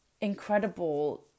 incredible